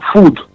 Food